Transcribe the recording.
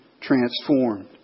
transformed